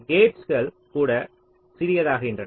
Gates கூட சிறியதாக ஆகின்றன